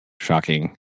shocking